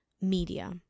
media